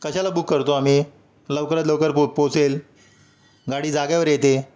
कशाला बुक करतो आम्ही लवकरात लवकर पो पोहोचेल गाडी जाग्यावर येते